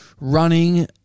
Running